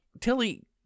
Tilly